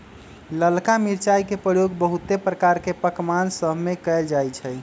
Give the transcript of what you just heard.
ललका मिरचाई के प्रयोग बहुते प्रकार के पकमान सभमें कएल जाइ छइ